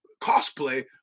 cosplay